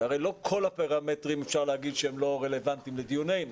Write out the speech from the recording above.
כי הרי לא כל הפרמטרים אפשר להגיד שהם לא רלוונטיים לדיוננו,